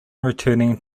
returning